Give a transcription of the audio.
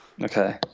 Okay